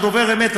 כשאתה דובר אמת,